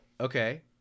Okay